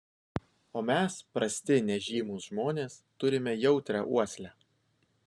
o mes prasti nežymūs žmonės turime jautrią uoslę